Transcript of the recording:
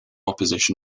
opposition